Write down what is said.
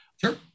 Sure